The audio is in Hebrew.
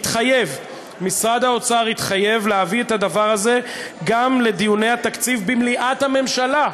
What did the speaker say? התחייב להביא את הדבר הזה גם לדיוני התקציב במליאת הממשלה.